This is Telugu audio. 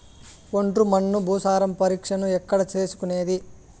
ఒండ్రు మన్ను భూసారం పరీక్షను ఎక్కడ చేసుకునేది?